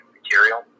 material